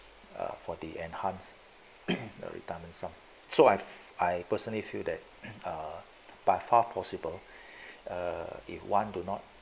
uh for the enhanced retirement sum so I've I personally feel that err by far possible if one do not